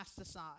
aside